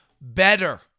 better